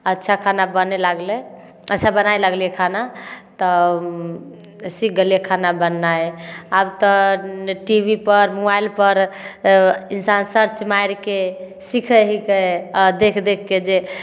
अच्छा खाना बने लागलै अच्छा बनाय लगलियै खाना तऽ सीख गेलियै खाना बननाइ आब तऽ टी भी पर मोबाइल पर इन्सान सर्च मारिके सीखै हिकय आ देख देख के जे